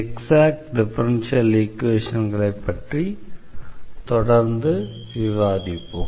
exact differential ஈக்வேஷன்களைப் பற்றி தொடர்ந்து விவாதிப்போம்